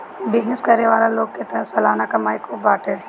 business करे वाला लोग के तअ सलाना कमाई खूब बाटे